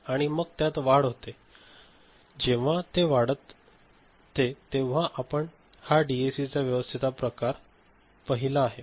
आणि मग त्यात वाढ होते आणि जेव्हा ती वाढते तेव्हा आपण हा डीएसीची व्यवस्थेचा प्रकार पाहिला आहे